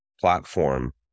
platform